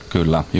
Kyllä